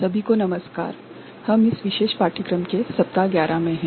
सभी को नमस्कार हम इस विशेष पाठ्यक्रम के सप्ताह 11 में हैं